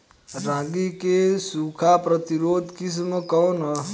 रागी क सूखा प्रतिरोधी किस्म कौन ह?